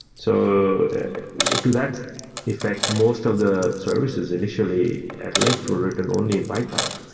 so to that effect, most of the services initially at lyft were written only in python,